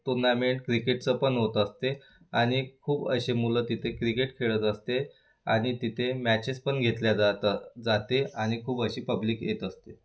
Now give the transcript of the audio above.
tournament क्रिकेटचं पण होत असते आणि खूप असे मुलं तिथे क्रिकेट खेळत असते आणि तिथे मॅचेस पण घेतल्या जातं जाते आणि खूप अशी पब्लिक येत असते